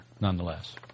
nonetheless